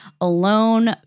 alone